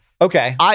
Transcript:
Okay